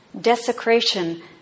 Desecration